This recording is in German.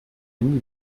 handy